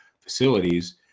facilities